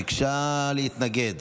ביקשה להתנגד